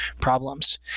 problems